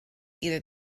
either